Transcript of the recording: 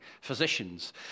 physicians